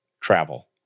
travel